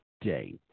day